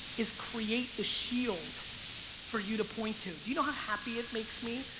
is create the shield for you to point to. do you know how happy it makes me,